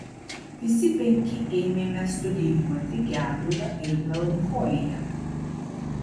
visi penki ėmėme studijuoti gedulą ir melancholiją